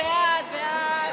ההסתייגות